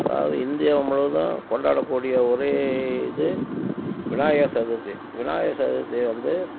அதாவது இந்தியா முழுவதும் கொண்டாடக்கூடிய ஒரே இது விநாயகர் சதுர்த்தி விநாயகர் சதுர்த்தி வந்து